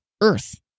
earth